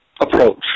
approach